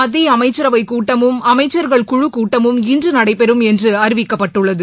மத்திய அமைச்சரவைக் கூட்டமும் அமைச்சர்கள் குழுக் கூட்டமும் இன்று நடைபெறும் என்று அறிவிக்கப்பட்டுள்ளது